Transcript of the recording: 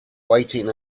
waiting